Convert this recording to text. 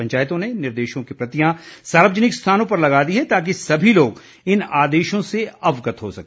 पंचायतों ने निर्देशों के प्रतियां सार्वजनिक स्थानों पर लगा दी हैं ताकि सभी लोग इन आदेशों से अवगत हो सके